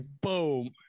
Boom